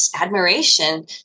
admiration